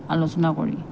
আলোচনা কৰি